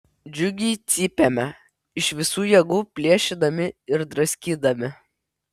džiugiai cypėme iš visų jėgų plėšydami ir draskydami